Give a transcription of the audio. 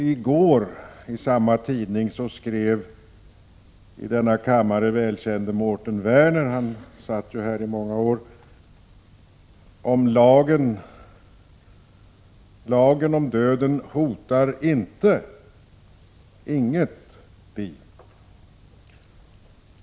I går skrev i samma tidning den i denna kammare välkände Mårten Werner —-som satt i riksdagen i många år — en artikel under rubriken Lagen om döden hotar inget liv.